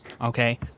Okay